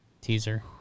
Teaser